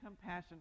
compassion